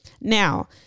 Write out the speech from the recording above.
Now